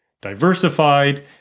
diversified